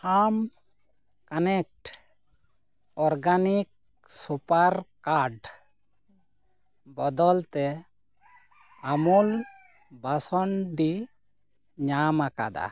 farm connect organic super card ᱵᱚᱫᱚᱞᱛᱮ ᱟᱢᱩᱞ ᱵᱟᱥᱚᱱᱰᱤ ᱧᱟᱢ ᱟᱠᱟᱫᱟ